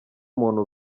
umuntu